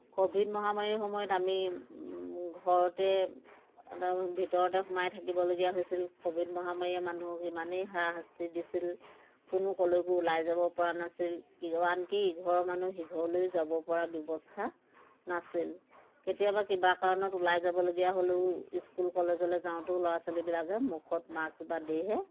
Covid মহামাৰীৰ সময়ত আমি ঘৰতে ভিতৰতে সোমাই থাকিবলগীয়া হৈছিল কোভিড মহামাৰীয়ে মানুহক ইমানেই হাৰাশাস্তি দিছিল কোনো ক'লেকো ওলাই যাব পৰা নাছিল কি আনকি ইঘৰৰ মানুহ সিঘৰলৈও যাব পৰা ব্যৱস্থা নাছিল কেতিয়াবা কিবা কাৰণত ওলাই যাবলগীয়া হ'লেও স্কুল কলেজলৈ যাওঁতেও ল'ৰা ছোৱালীবিলাকে মুখত মাস্ক বান্ধিহে